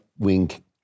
wink